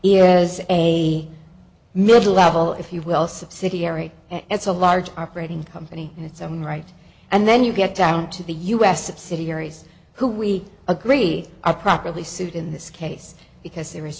has a mid level if you will subsidiary and it's a large operating company and its own right and then you get down to the u s subsidiaries who we agree are properly sued in this case because there is